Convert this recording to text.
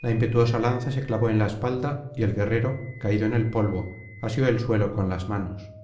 la impetuosa lanza se clavó en la espalda y el guerrero caído en el polvo asió el suelo con las manos